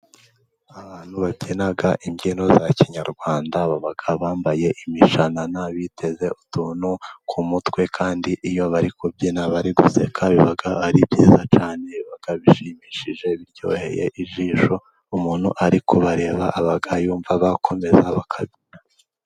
Abantu babyina imbyino za kinyarwanda, baba bambaye imishanana, biteze utuntu ku mutwe kandi iyo bari kubyina bari guseka, biba ari byiza cyane, biba bishimishije, biryoheye ijisho. Umuntu uri kubareba aba yumva bakomeza bakabyina.